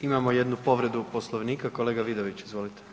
Imamo jednu povredu Poslovnika, kolega Vidović, izvolite.